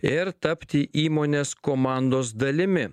ir tapti įmonės komandos dalimi